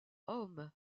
homme